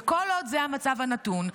וכל עוד זה המצב הנתון,